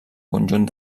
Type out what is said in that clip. conjunt